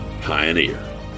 pioneer